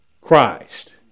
Christ